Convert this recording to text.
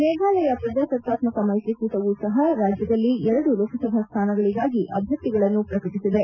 ಮೇಫಾಲಯ ಪ್ರಜಾಸತ್ತಾತ್ವಕ ಮ್ಮೆತ್ರಿಕೂಟವೂ ಸಹ ರಾಜ್ಯದಲ್ಲಿ ಎರಡು ಲೋಕಸಭಾ ಸ್ಲಾನಗಳಿಗಾಗಿ ಅಭ್ಯರ್ಥಿಗಳನ್ನು ಪ್ರಕಟಿಸಿದೆ